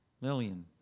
Lillian